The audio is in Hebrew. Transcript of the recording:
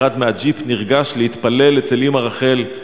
וירד מהג'יפ נרגש להתפלל אצל אמא רחל,